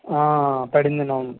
పడిందండి అవును